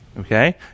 Okay